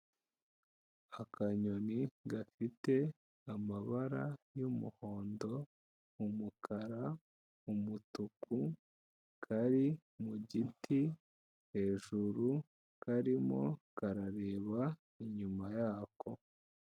Akanyoni gafite amabara y'umuhondo, umukara, umutuku, kari mu giti hejuru, karimo karareba inyuma yako.